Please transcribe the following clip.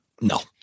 No